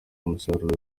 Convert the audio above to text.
umusaruro